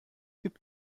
gibt